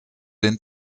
den